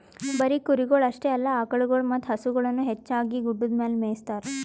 ಬರೀ ಕುರಿಗೊಳ್ ಅಷ್ಟೆ ಅಲ್ಲಾ ಆಕುಳಗೊಳ್ ಮತ್ತ ಹಸುಗೊಳನು ಹೆಚ್ಚಾಗಿ ಗುಡ್ಡದ್ ಮ್ಯಾಗೆ ಮೇಯಿಸ್ತಾರ